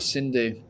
Cindy